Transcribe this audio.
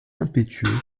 impétueux